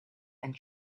and